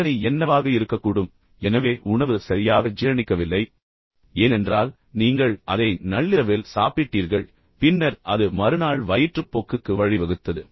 தண்டனை என்னவாக இருக்கக்கூடும் எனவே உணவு சரியாக ஜீரணிக்கவில்லை ஏனென்றால் நீங்கள் அதை நள்ளிரவில் சாப்பிட்டீர்கள் பின்னர் அது மறுநாள் வயிற்றுப்போக்குக்கு வழிவகுத்தது